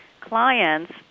clients